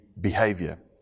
behavior